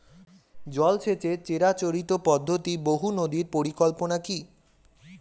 জল সেচের চিরাচরিত পদ্ধতি বহু নদী পরিকল্পনা কি?